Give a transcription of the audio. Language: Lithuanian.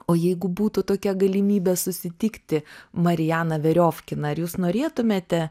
o jeigu būtų tokia galimybė susitikti marianą veriofkiną ar jūs norėtumėte